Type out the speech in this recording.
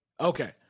Okay